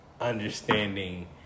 understanding